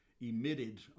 emitted